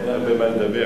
כבוד השר,